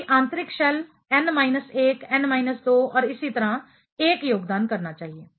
सभी आंतरिक shell n minus 1 n minus 2 और इसी तरह 10 योगदान करना चाहिए